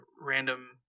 random